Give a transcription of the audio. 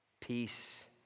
peace